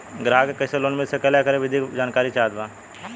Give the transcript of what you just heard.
ग्राहक के कैसे कैसे लोन मिल सकेला येकर का विधि बा जानकारी चाहत बा?